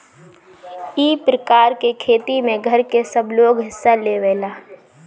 ई प्रकार के खेती में घर के सबलोग हिस्सा लेवेला